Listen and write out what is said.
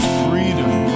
freedom